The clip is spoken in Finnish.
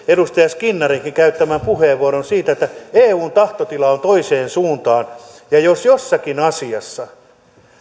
edustaja skinnarinkin käyttämän perustellun puheenvuoron siitä että eun tahtotila on toiseen suuntaan ja jos jossakin asiassa